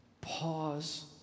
pause